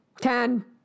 Ten